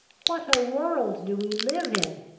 what a world do we live in!